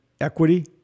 equity